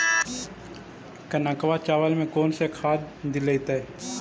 कनकवा चावल में कौन से खाद दिलाइतै?